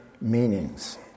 meanings